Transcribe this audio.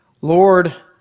Lord